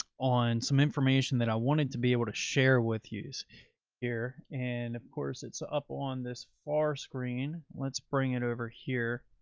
on some information that i wanted to be able to share with use here. and of course, it's ah up on this far screen. let's bring it over here.